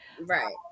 Right